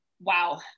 Wow